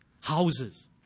houses